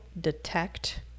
detect